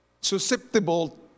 susceptible